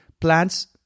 plants